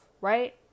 right